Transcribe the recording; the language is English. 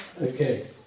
Okay